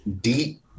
deep